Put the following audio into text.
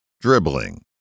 dribbling